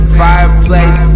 fireplace